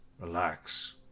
relax